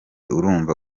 urumva